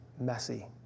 messy